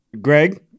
Greg